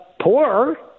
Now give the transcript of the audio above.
poor